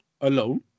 alone